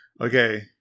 Okay